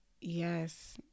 Yes